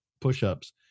push-ups